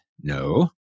no